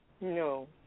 no